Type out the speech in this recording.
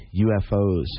UFOs